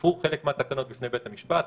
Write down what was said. תקפו חלק מהתקנות בפני בית המשפט.